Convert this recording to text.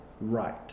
right